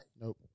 Nope